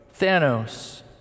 Thanos